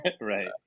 Right